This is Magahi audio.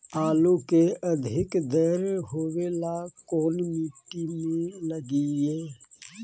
आलू के अधिक दर होवे ला कोन मट्टी में लगीईऐ?